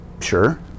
sure